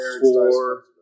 four